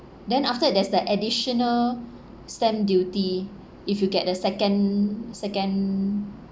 then after there's the additional stamp duty if you get the second second